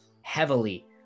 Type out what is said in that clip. heavily